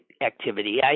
activity